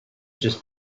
just